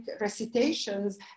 recitations